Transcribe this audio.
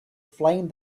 flame